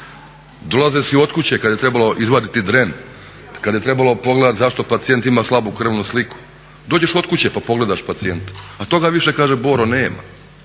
Dolaze si od kuće kad je trebalo izvaditi dren, kad je trebalo pogledati zašto pacijent ima slabu krvnu sliku, dođeš od kuće pa pogledaš pacijenta. A toga više kaže Boro nema.